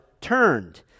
turned